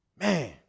Man